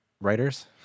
writers